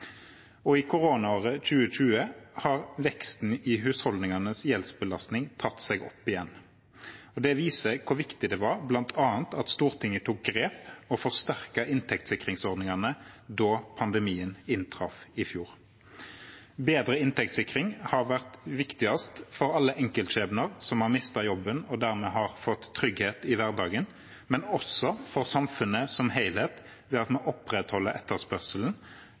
i norsk økonomi. I koronaåret 2020 har veksten i husholdningenes gjeldsbelastning tatt seg opp igjen. Det viser hvor viktig det var bl.a. at Stortinget tok grep og forsterket inntektssikringsordningene da pandemien inntraff i fjor. Bedre inntektssikring har vært viktigst for alle enkeltskjebner som har mistet jobben, som dermed har fått trygghet i hverdagen, men også for samfunnet som helhet ved at en opprettholder etterspørselen